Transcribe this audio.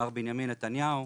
מר בנימין נתניהו,